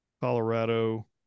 colorado